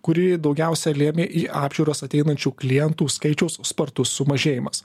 kurį daugiausia lėmė į apžiūros ateinančių klientų skaičiaus spartus sumažėjimas